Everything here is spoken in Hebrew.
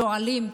שואלים: